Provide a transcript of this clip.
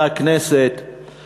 4. אדוני היושב-ראש,